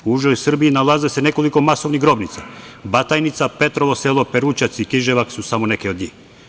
U užoj Srbiji nalazi se nekoliko masovnih grobnica, Batajnica, Petrovo Selo, Perućac i Kiževak su samo neke od njih.